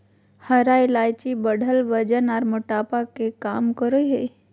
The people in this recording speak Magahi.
हरा इलायची बढ़ल वजन आर मोटापा के कम करई हई